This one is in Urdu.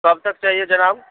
کب تک چاہیے جناب